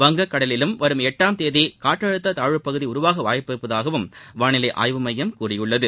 வங்கக்கடலிலும் வரும் எட்டாம் தேதி காற்றழுத்த தாழ்வு பகுதி உருவாக வாய்ப்புள்ளதாகவும் வானிலை ஆய்வு மையம் கூறியுள்ளது